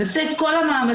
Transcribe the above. נעשה את כל המאמצים.